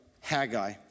Haggai